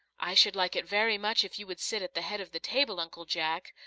i should like it very much if you would sit at the head of the table, uncle jack,